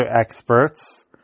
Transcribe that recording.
experts